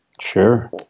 Sure